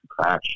crash